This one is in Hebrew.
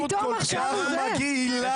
לאף אחד אין הבה מינא בנושא הזה.